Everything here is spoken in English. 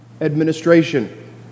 administration